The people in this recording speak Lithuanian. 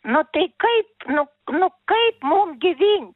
nu tai kaip nu nu kaip mum gyvyn